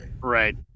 Right